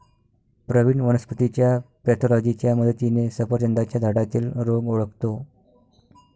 प्रवीण वनस्पतीच्या पॅथॉलॉजीच्या मदतीने सफरचंदाच्या झाडातील रोग ओळखतो